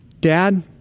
dad